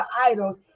idols